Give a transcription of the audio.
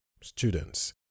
students